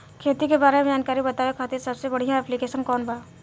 खेती के बारे में जानकारी बतावे खातिर सबसे बढ़िया ऐप्लिकेशन कौन बा?